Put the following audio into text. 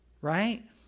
right